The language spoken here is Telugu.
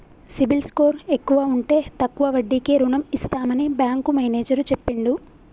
సిబిల్ స్కోర్ ఎక్కువ ఉంటే తక్కువ వడ్డీకే రుణం ఇస్తామని బ్యాంకు మేనేజర్ చెప్పిండు